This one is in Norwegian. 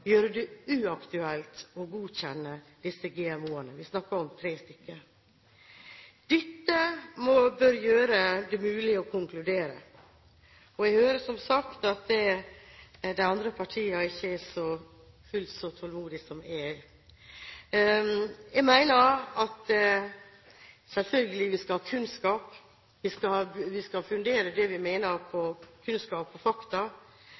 vi snakker om tre stykker. Dette må gjøre det mulig å konkludere, og jeg hører som sagt at de andre partiene ikke er fullt så utålmodige som meg. Jeg mener at vi selvfølgelig skal ha kunnskap – vi skal fundere det vi mener, på kunnskap og fakta.